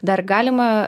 dar galima